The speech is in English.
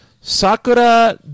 Sakura